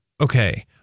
okay